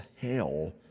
hell